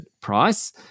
price